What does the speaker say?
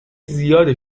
زیاد